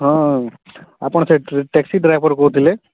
ହଁ ଆପଣ ସେ ଟ୍ୟାକ୍ସି ଡ଼୍ରାଇଭର୍ କହୁଥିଲେ